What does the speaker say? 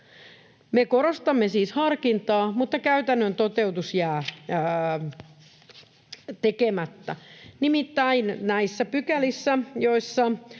korostamme siis harkintaa, mutta käytännön toteutus jää tekemättä. Nimittäin näissä pykälissä, joissa